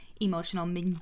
emotional